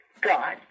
God